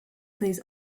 plays